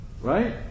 right